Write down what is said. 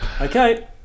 Okay